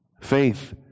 Faith